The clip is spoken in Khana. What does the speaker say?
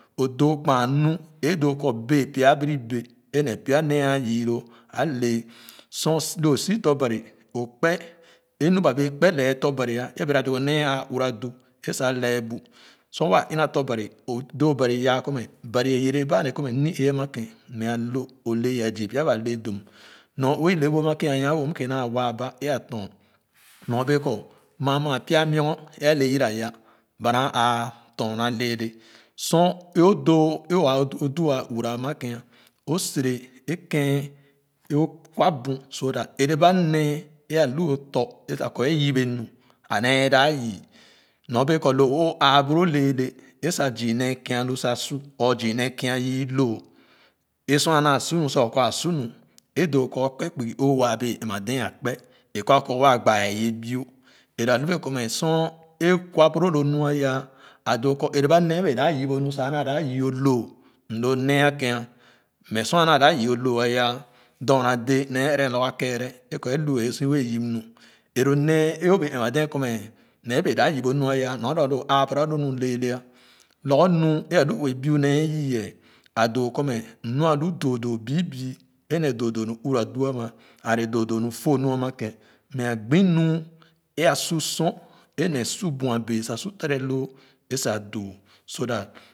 O doo kpa nu é do kɔ bee pya a biri bee é le pya nee a yii lo a le sor lo so tɔ bani o kpe é ba bee kpe le tɔ bari ah bɛga doo nee a vura du é sa lɛ bu sor waa iha tɔ bari o doo bani yaa kɔ mɛ bari é yɛrɛ ba kɔ ma ni-ee a ma kèn ma a lo o le yɛ zii pya ba le dum nor-we i le bu ama ah wo kèn naa waa ba lo a tɔn nor bee kɔ maa maa pya myzon é ale yoora ya ba naa tɔn aleale sor é odoo o du waa uura ama kèn o sere é kèn é o kwa buh so that ɛra ba nee é alu o tɔ sa kɔ emib bee nu a nee dap yii nor bee kɔ lo o aa lo laale é sa zii nee kia lu sa su or zii nee kia yii loo é sor a naa su nu sa o kɔ a su nu é doo kɔ o kpee kpugi o waa bee ɛm-ma dee akpé é kor kɔ waa ye biu é la lu bee kɔ sor é o kwa bore lo nu ah ya a doo kɔ ɛrɛ ba nee da yip o mi sa naa da yii o loo m lo ne a kèn ma sor a naa dap yii o loo ah dorna dɛɛ nee ɛrɛ na lorgor a kɛɛrɛ kɔ é hia é si wɛɛ yip nu é lo nee é o bee ɛmama dee kɔ ma ma bee dap yip o nu aya nor nua bee a lo o aa buro a loo nli lɛɛla lorgor nu é a lu ue biu ne yu ye a doo kɔ mɛ nu a lo doo doo bii bii a ne doo doo nu uura du ama ale doo doo nu fo nu ama kèn mɛ a gbi nu é a su sor é ne sor é ne sor é ne sor buabee su tere loo é sa doo so that.